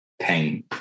pain